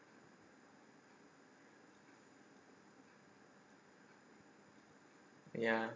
ya